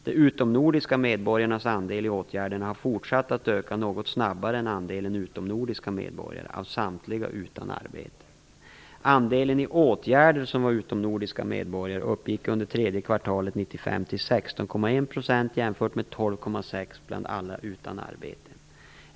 De utomnordiska medborgarnas andel i åtgärderna har fortsatt att öka något snabbare än andelen utomnordiska medborgare utan arbete. Andelen utomnordiska medborgare i åtgärder uppgick under tredje kvartalet 1995 till 16,1 % jämfört med 12,6 % bland alla utan arbete.